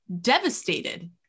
devastated